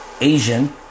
Asian